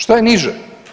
Šta je niže?